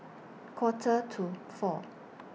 Quarter to four